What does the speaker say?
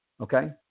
okay